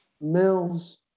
Mills